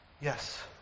Yes